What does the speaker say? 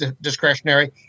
discretionary